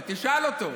תשאל אותו.